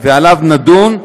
ובו נדון,